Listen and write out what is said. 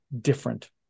different